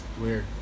weird